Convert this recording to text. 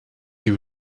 you